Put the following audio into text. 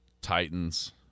Titans